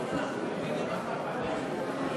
נראה